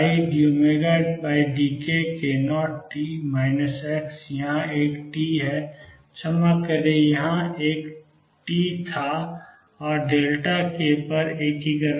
eidωdkk0t x यहां एक T है क्षमा करें यहां एक टी था और k पर एकीकरण था